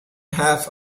half